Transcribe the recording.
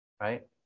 Right